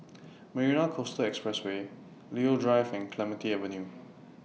Marina Coastal Expressway Leo Drive and Clementi Avenue